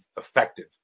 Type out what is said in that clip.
effective